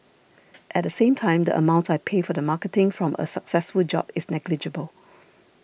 at the same time the amount I pay for the marketing from a successful job is negligible